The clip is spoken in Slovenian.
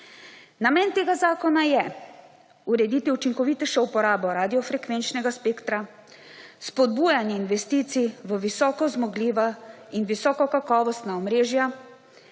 Namen tega zakona je urediti učinkovitejšo uporabo radiofrekvenčnega spektra, spodbujanje investicij v visokozmogljiva in visokokakovostna omrežja,